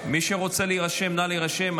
מי שרוצה להירשם, נא להירשם.